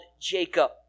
Jacob